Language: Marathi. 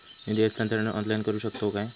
निधी हस्तांतरण ऑनलाइन करू शकतव काय?